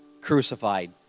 crucified